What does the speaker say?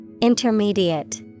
Intermediate